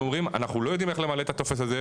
הם אומרים אנחנו לא יודעים איך למלא את הטופס הזה,